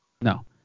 No